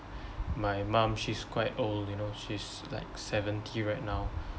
my mum she's quite old you know she's like seventy right now